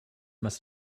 must